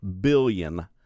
billion